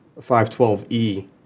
512e